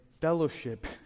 fellowship